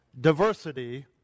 Diversity